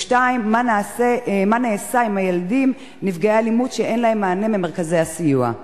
2. מה נעשה עם הילדים נפגעי אלימות שאין להם מענה ממרכזי הסיוע?